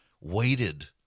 waited